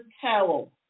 towel